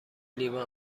لیوان